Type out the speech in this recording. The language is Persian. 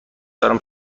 دارم